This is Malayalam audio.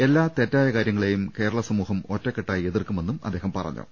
എല്ലാ തെറ്റായ കാര്യങ്ങളെയും കേരളം സമൂഹം ഒറ്റക്കെട്ടായി എതിർക്കു മെന്നും അദ്ദേഹം പറഞ്ഞു